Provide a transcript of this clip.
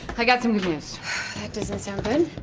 i got some good news. that doesn't sound good.